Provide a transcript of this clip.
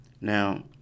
Now